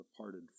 departed